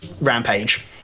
rampage